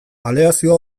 aleazioa